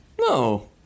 No